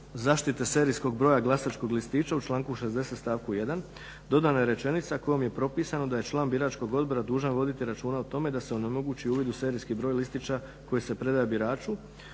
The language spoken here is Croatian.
zaštite serijskog broja glasačkog listića u članku 60. stavku 1. dodana je rečenica kojom je propisano da je član biračkog odbora dužan voditi računa o tome da se onemogući uvid u serijski broj listića koji se predaje biraču